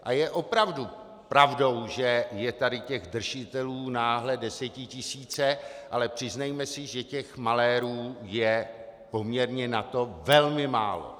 A je opravdu pravdou, že jsou tady těch držitelů náhle desetitisíce, ale přiznejme si, že těch malérů je poměrně na to velmi málo.